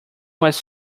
was